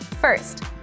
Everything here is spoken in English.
First